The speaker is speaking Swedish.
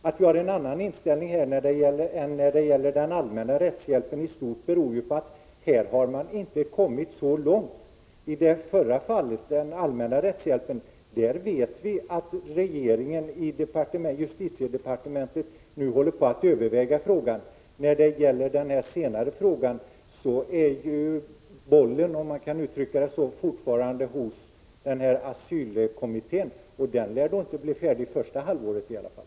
Att vi har en annan inställning till rättshjälp åt asylsökande än när det gäller den allmänna rättshjälpen i stort beror på att man i det förra fallet inte har kommit så långt. När det gäller den allmänna rättshjälpen vet vi att man i justitiedepartementet nu håller på att överväga frågan. När det gäller rättshjälp åt asylsökande är bollen, om man kan uttrycka det så, fortfarande hos asylkommittén, och den lär inte bli färdig med sitt arbete under det närmaste halvåret i varje fall.